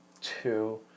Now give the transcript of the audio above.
two